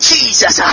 Jesus